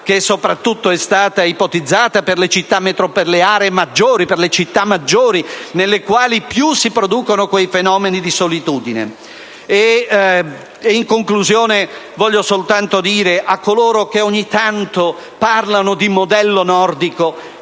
che soprattutto è stata ipotizzata per le città maggiori, nelle quali più si producono quei fenomeni di solitudine. In conclusione, voglio soltanto dire a coloro che ogni tanto parlano di modello nordico